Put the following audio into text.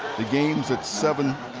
the game's at seven